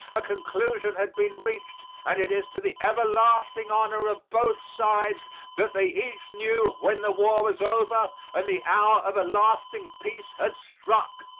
a conclusion had been reached and it is to the everlasting honor of both sides that they each knew when the war was over and the hour of a lasting peace had struck.